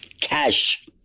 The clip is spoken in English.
cash